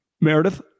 Meredith